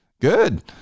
Good